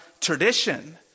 tradition